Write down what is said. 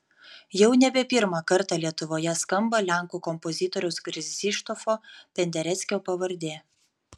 jau nebe pirmą kartą lietuvoje skamba lenkų kompozitoriaus krzyštofo pendereckio pavardė